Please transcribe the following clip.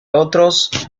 otros